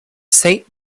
saint